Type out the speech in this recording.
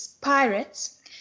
pirates